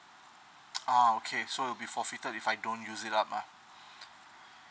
ah okay it will be forfieted if I don't use it up lah